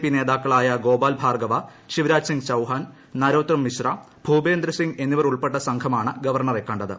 P നേതാക്കളായ ഗോപാൽ ഭാർഗവ ശിവ്രാജ് സിംഗ് ചൌഹാൻ നരോത്തം മിശ്ര ഭൂപേന്ദ്ര സിംഗ് എന്നിവർ ഉൾപ്പെട്ട സംഘമാണ് ഗവർണറെ കണ്ടത്